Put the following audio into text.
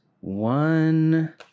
one